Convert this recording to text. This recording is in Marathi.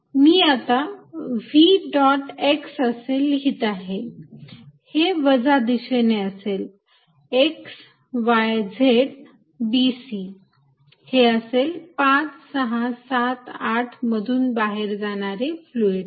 मी आता v डॉट x असे लिहीत आहे जे वजा दिशेने असेल x y z b c हे असेल 5 6 7 8 मधून बाहेर पडणारे फ्लुईड